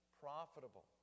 profitable